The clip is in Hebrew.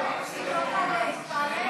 היא תעלה,